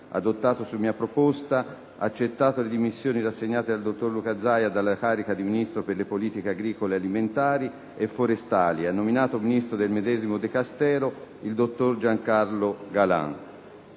adottato su mia proposta, ha accettato le dimissioni rassegnate dal dott. Luca ZAIA dalla carica di Ministro per le politiche agricole alimentari e forestali ed ha nominato Ministro del medesimo Dicastero il dott. Giancarlo GALAN.